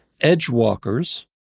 Edgewalkers